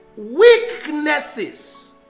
weaknesses